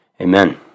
Amen